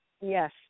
Yes